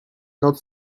not